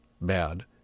bad